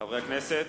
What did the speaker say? חברי הכנסת,